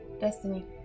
destiny